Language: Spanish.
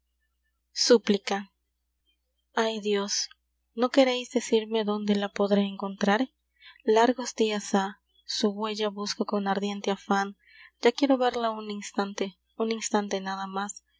súplica ay dios no quereis decirme dónde la podré encontrar largos dias há su huella busco con ardiente afan yo quiero verla un instante un instante nada más